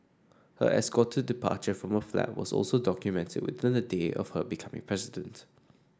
her escorted departure from her flat was also documents within a day of her becoming president